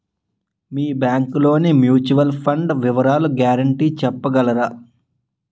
మీ bank లోని mutual fund వివరాల guarantee చెప్పగలరా?